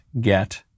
get